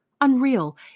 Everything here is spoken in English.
unreal